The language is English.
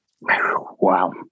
Wow